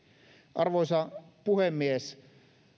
arvoisa puhemies